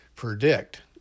predict